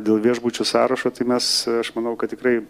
dėl viešbučių sąrašo tai mes aš manau kad tikrai